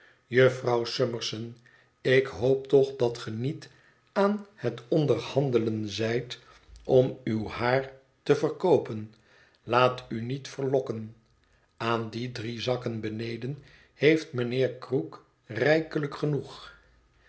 jufvrouw summerson ik hoop toch dat ge niet aan het onderhandelen zijt om uw haar te verkoopen laat u niet verlokken aan die drie zakken beneden heeft mijnheer krook rijkelijk genoeg